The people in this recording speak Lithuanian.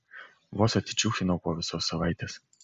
vos atsičiūchinau po visos savaitės